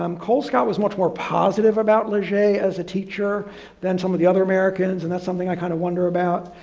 um colescott was much more positive about leger as a teacher than some of the other americans, and that's something i kind of wonder about.